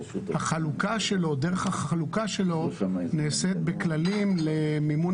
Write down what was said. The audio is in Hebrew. דרך החלוקה שלו נעשית בכללים למימון